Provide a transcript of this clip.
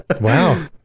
Wow